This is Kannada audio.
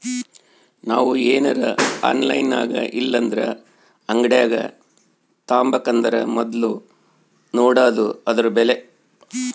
ನಾವು ಏನರ ಆನ್ಲೈನಿನಾಗಇಲ್ಲಂದ್ರ ಅಂಗಡ್ಯಾಗ ತಾಬಕಂದರ ಮೊದ್ಲು ನೋಡಾದು ಅದುರ ಬೆಲೆ